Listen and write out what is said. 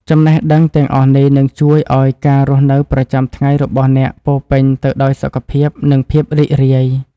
ចំណេះដឹងទាំងអស់នេះនឹងជួយឱ្យការរស់នៅប្រចាំថ្ងៃរបស់អ្នកពោរពេញទៅដោយសុខភាព និងភាពរីករាយ។